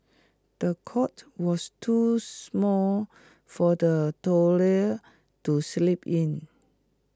the cot was too small for the toddler to sleep in